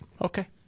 Okay